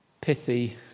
pithy